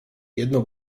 jedno